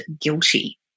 guilty